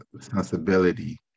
sensibility